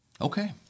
Okay